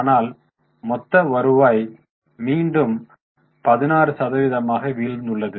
ஆனால் மொத்த வருவாய் மீண்டும் 16 சதவீதமாக வீழ்ந்துள்ளது